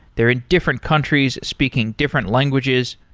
they're in different countries speaking different languages.